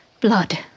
Blood